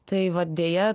tai vat deja